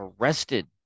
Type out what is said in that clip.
arrested